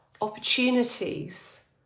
opportunities